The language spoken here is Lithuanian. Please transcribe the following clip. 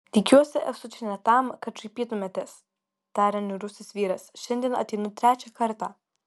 tikiuosi esu čia ne tam kad šaipytumėtės tarė niūrusis vyras šiandien ateinu trečią kartą